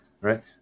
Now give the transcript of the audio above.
right